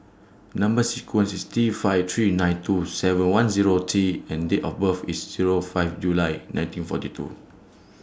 Number sequence IS T five three nine two seven one Zero T and Date of birth IS Zero five July nineteen forty two